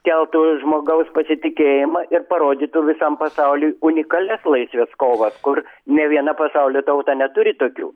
keltų žmogaus pasitikėjimą ir parodytų visam pasauliui unikalias laisvės kovas kur nė viena pasaulio tauta neturi tokių